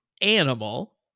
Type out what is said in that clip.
animal